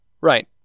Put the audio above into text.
Right